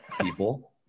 people